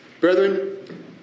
Brethren